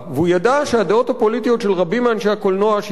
הוא ידע שהדעות הפוליטיות של רבים מאנשי הקולנוע שעמם